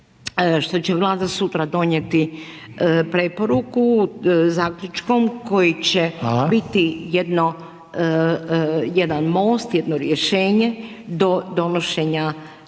što će Vlada sutra donijeti preporuku zaključkom koji će biti jedno, jedan most, jedno rješenje do donošenja